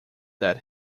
that